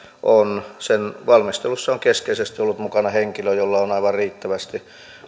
on sen valmistelussa on keskeisesti ollut mukana henkilö jolla on aivan riittävästi